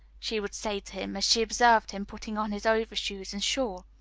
she would say to him, as she observed him putting on his overshoes and shawl.